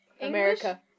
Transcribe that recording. America